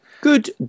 Good